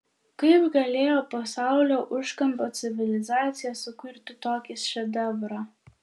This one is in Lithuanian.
kaip galėjo pasaulio užkampio civilizacija sukurti tokį šedevrą